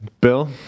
Bill